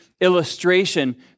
illustration